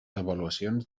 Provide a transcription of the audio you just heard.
avaluacions